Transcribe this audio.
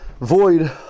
void